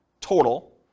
total